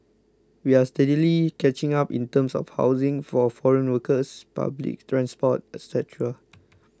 we are steadily catching up in terms of housing for foreign workers public transport etc